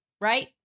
right